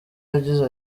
yagize